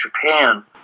japan